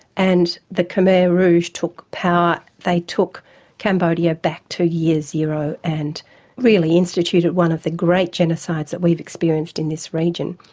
and the khmer rouge took power, they took cambodia back to the year zero and really instituted one of the great genocides that we've experienced in this region.